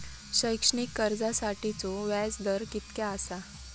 शैक्षणिक कर्जासाठीचो व्याज दर कितक्या आसा?